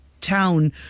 town